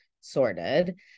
sorted